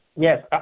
Yes